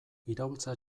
iraultza